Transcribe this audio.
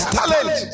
talent